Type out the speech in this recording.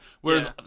Whereas